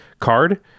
card